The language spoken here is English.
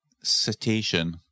citation